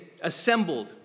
assembled